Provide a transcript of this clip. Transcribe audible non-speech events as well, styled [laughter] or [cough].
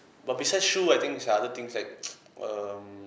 but besides shoe I think is there other things like [noise] um